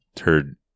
heard